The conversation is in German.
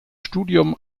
studium